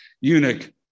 eunuch